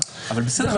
בסדר.